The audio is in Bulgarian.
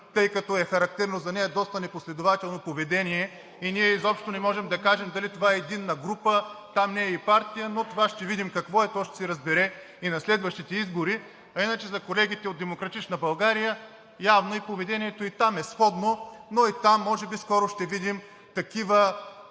тъй като е характерно за нея доста непоследователно поведение и ние изобщо не можем да кажем дали това е единна група, там не е и партия. Но това ще видим какво е, то ще се разбере и на следващите избори. А иначе за колегите от „Демократична България“, явно поведението и там е сходно, но и там може би ще видим такива